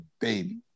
baby